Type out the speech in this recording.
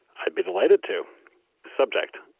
i'd be delighted to subject.